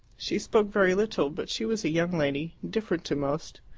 she spoke very little, but she was a young lady different to most.